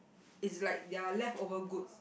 is like their leftover goods